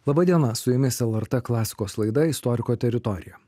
laba diena su jumis lrt klasikos laida istoriko teritorija